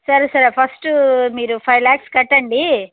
సరే sir first మీరు five lakhs కట్టండి